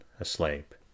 asleep